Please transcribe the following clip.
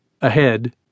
Ahead